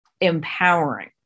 empowering